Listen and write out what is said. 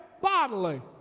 bodily